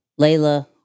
Layla